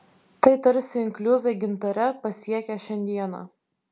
tai tarsi inkliuzai gintare pasiekę šiandieną